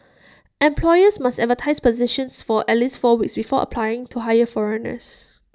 employers must advertise positions for at least four weeks before applying to hire foreigners